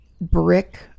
brick